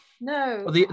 No